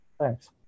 Thanks